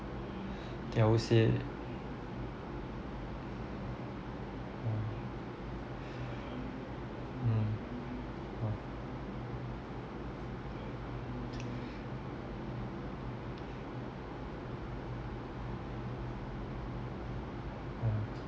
think I will say ah mm ah hmm